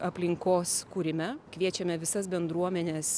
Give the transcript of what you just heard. aplinkos kūrime kviečiame visas bendruomenes